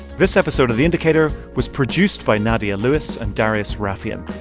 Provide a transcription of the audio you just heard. this episode of the indicator was produced by nadia lewis and darius rafieyan.